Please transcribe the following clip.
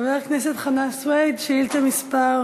חבר הכנסת חנא סוייד, שאילתה מס'